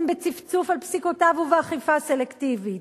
בצפצוף על פסיקותיו ובאכיפה סלקטיבית.